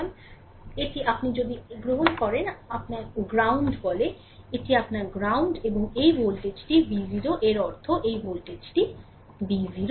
সুতরাং এটি আপনার যদি আপনি এটি গ্রহণ করেন তবে এটি আপনার গ্রাউন্ড বলে এটি আপনার গ্রাউন্ড এবং এই ভোল্টেজটি V0 এর অর্থ এই ভোল্টেজটি V0